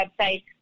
website